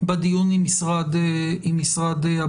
בדיון עם משרד הבריאות.